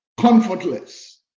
comfortless